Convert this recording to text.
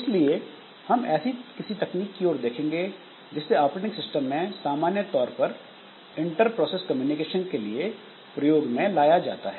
इसलिए हम ऐसी किसी तकनीक की ओर देखेंगे जिसे ऑपरेटिंग सिस्टम में सामान्य तौर पर इंटर प्रोसेस कम्युनिकेशन के लिए प्रयोग में लाया जाता है